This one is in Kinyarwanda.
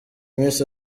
miss